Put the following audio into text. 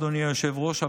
אדוני היושב-ראש,